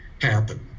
happen